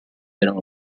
erano